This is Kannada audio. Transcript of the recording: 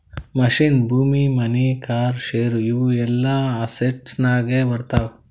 ಮಷಿನ್, ಭೂಮಿ, ಮನಿ, ಕಾರ್, ಶೇರ್ ಇವು ಎಲ್ಲಾ ಅಸೆಟ್ಸನಾಗೆ ಬರ್ತಾವ